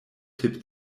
tipp